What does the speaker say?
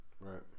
Right